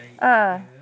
uh